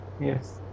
Yes